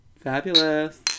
Fabulous